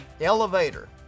Elevator